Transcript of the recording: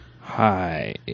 Hi